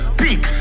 peak